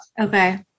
Okay